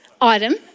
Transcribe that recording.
item